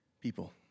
people